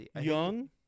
young